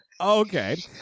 Okay